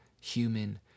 human